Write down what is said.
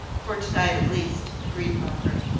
for to-night at least, agreed margaret.